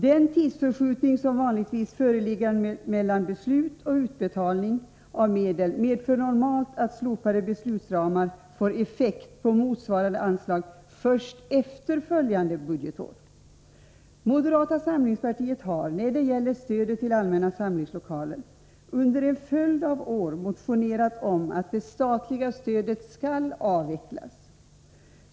Den tidsförskjutning som vanligtvis föreligger mellan beslut och utbetalning av medel medför normalt att slopade beslutsramar får effekt på motsvarande anslag först efterföljande budgetår. Moderata samlingspartiet har, när det gäller stödet till allmänna samlingslokaler, under en följd av år motionerat om att det statliga stödet skall avvecklas.